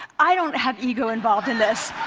i don't have ego involved in this.